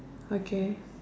okay